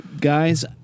Guys